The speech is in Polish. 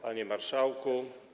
Panie Marszałku!